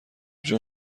جون